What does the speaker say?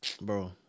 bro